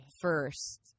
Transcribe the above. first